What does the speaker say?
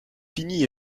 finis